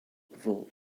vaults